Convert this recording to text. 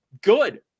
Good